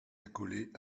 accolée